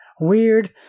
Weird